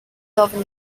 often